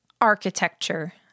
architecture